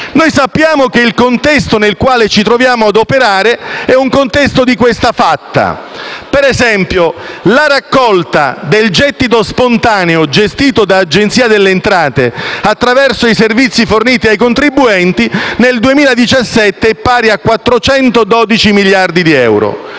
Sappiamo che il contesto nel quale ci troviamo a operare è di questa fatta: ad esempio, la raccolta del gettito spontaneo gestito da Agenzia delle entrate attraverso i servizi forniti ai contribuenti nel 2017 è stata pari a 412 miliardi di euro